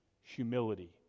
humility